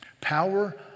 Power